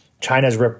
China's